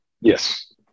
yes